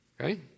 Okay